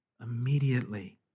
Immediately